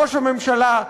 ראש הממשלה,